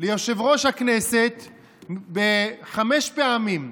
ליושב-ראש הכנסת חמש פעמים,